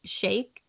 shake